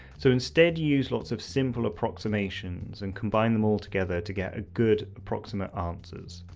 so instead you use lots of simple approximations and combine them all together to get good approximate answers.